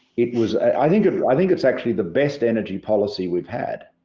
it was, i think, i think it's actually the best energy policy we've had.